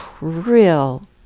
real